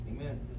Amen